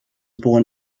born